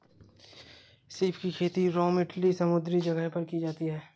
सीप की खेती रोम इटली समुंद्री जगह पर की जाती है